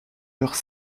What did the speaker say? leurs